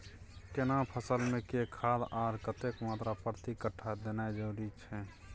केना फसल मे के खाद आर कतेक मात्रा प्रति कट्ठा देनाय जरूरी छै?